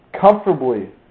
comfortably